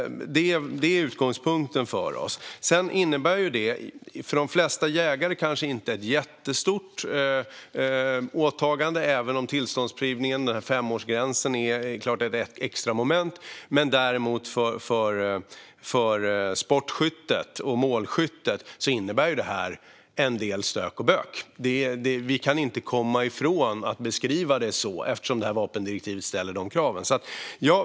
Det är vår utgångspunkt. Sedan innebär det kanske inte ett jättestort åtagande för de flesta jägare, även om tillståndsprövningen, femårsgränsen, är ett extramoment. Däremot innebär det en del stök och bök för sportskyttet och målskyttet. Vi kan inte komma ifrån att beskriva det så eftersom vapendirektivet ställer dessa krav.